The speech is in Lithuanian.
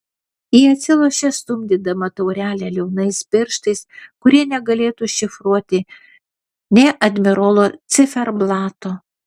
ji atsilošė stumdydama taurelę liaunais pirštais kurie negalėtų šifruoti nė admirolo ciferblato